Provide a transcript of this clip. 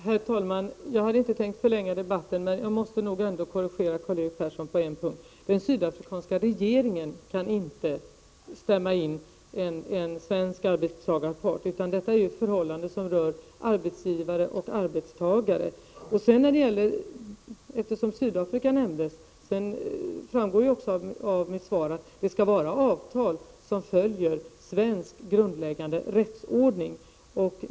Herr talman! Jag hade inte tänkt förlänga debatten, men jag måste korrigera Karl-Erik Persson på en punkt. Den sydafrikanska regeringen kan inte stämma in en svensk arbetstagarpart. Detta är ett förhållande som rör arbetsgivare och arbetstagare. Det framgår även av mitt svar att det skall vara ett avtal som följer svensk grundläggande rättsordning.